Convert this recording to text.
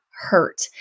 hurt